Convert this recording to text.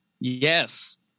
Yes